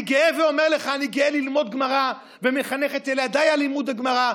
אני אומר לך: אני גאה ללמוד גמרא ומחנך את ילדיי על לימוד גמרא,